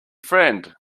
friend